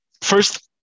First